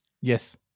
Yes